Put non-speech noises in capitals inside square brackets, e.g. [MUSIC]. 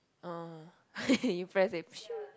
uh [LAUGHS] you press then pshoong